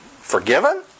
forgiven